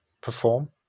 perform